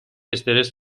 استرس